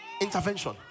Intervention